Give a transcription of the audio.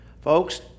Folks